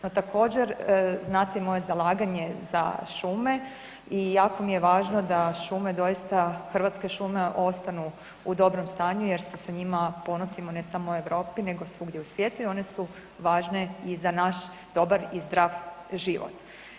No, također znate i moje zalaganje za šume i jako mi je važno da šume doista hrvatske šume ostanu u dobrom stanju jer se sa njima ponosimo ne samo u Europi nego svugdje u svijetu i one su važne i za naš dobar i zdrav život.